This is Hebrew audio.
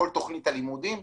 כל תכנית הלימודים.